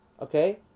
Okay